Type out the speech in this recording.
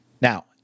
Now